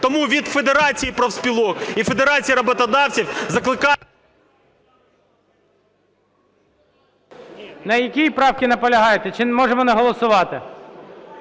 Тому від Федерації профспілок і Федерації роботодавців закликаю… ГОЛОВУЮЧИЙ. На якій правці наполягаєте? Чи можемо не голосувати?